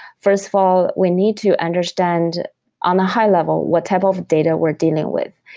first of all, we need to understand on a high-level what type of data we're dealing with.